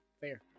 fair